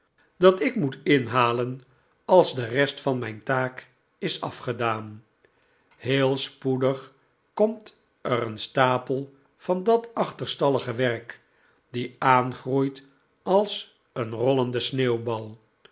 dat ik moet david copperfield inhalen als de rest van mijn taak is afgedaan v heel spoedig komt er een stapel van dat achterstallige werk die aangroeit als een rollende sneeuwbal